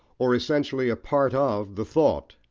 or essentially a part of, the thought.